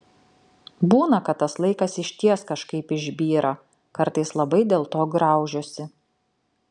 būna kad tas laikas išties kažkaip išbyra kartais labai dėlto graužiuosi